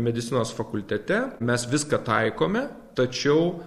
medicinos fakultete mes viską taikome tačiau